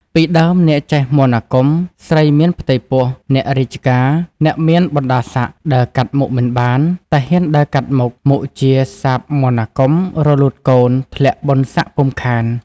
ពីដើម អ្នកចេះមន្តអាគម, ស្រីមានផ្ទៃពោះ, អ្នករាជការ, អ្នកមានបណ្ដាសក្ដិ ដើរកាត់មុខមិនបាន, តែហ៊ានដើរកាត់មុខ មុខជាសាបមន្តអាគម, រលូតកូន, ធ្លាក់បុណ្យសក្ដិពុំខាន ។